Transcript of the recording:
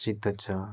प्रसिद्ध छ